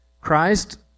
Christ